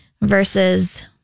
versus